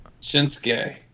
Shinsuke